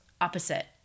opposite